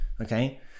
okay